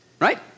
Right